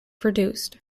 produced